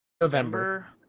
november